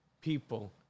people